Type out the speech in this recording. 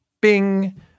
Bing